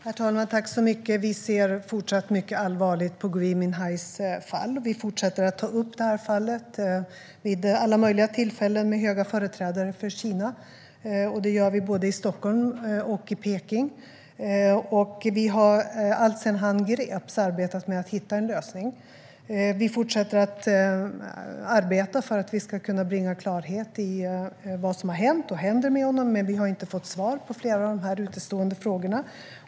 Herr talman! Vi ser fortsatt mycket allvarligt på Gui Minhais fall. Vi fortsätter att ta upp fallet vid alla möjliga tillfällen med höga företrädare för Kina, både i Stockholm och i Peking. Alltsedan han greps har vi arbetat för att hitta en lösning. Vi fortsätter att arbeta för att kunna bringa klarhet i vad som har hänt och händer med honom, men vi har inte fått svar på flera av våra utestående frågor.